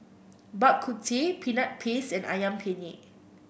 Bak Kut Teh Peanut Paste and ayam penyet